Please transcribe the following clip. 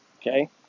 okay